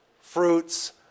fruits